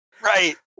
right